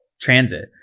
transit